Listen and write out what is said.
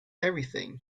everything